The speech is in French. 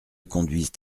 conduisent